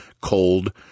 cold